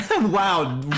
Wow